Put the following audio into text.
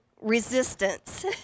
resistance